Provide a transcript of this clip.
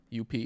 UP